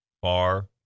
far